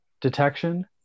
detection